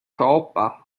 apa